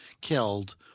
killed